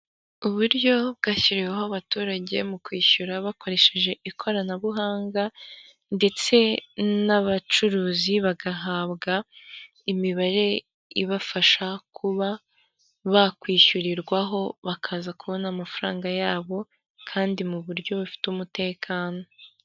Uburyo bwashyiriweho abaturage mu kwishyura bakoresheje ikoranabuhanga ndetse n'abacuruzi bagahabwa imibare ibafasha kuba bakwishyurirwaho bakaza kubona amafaranga yabo, kandi mu buryo bufite umutekano.